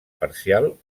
parcial